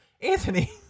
anthony